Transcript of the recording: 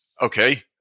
Okay